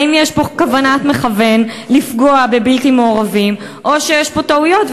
האם יש פה כוונת מכוון לפגוע בבלתי מעורבים או שיש טעויות,